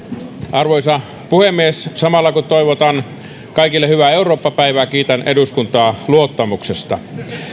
arvoisa puhemies samalla kun toivotan kaikille hyvää eurooppa päivää kiitän eduskuntaa luottamuksesta